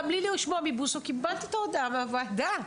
גם בלי לשמוע מבוסו אני קיבלתי את ההודעה מהוועדה.